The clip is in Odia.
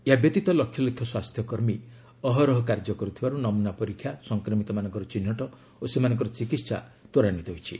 ଏହା ବ୍ୟତୀତ ଲକ୍ଷ ଲକ୍ଷ ସ୍ୱାସ୍ଥ୍ୟ କର୍ମୀ ଅହରହ କାର୍ଯ୍ୟ କରୁଥିବାରୁ ନମୁନା ପରୀକ୍ଷା ସଂକ୍ରମିତମାନଙ୍କର ଚିହ୍ନଟ ଓ ସେମାନଙ୍କର ଚିକିତ୍ସା ତ୍ୱରାନ୍ଧିତ ହୋଇଛି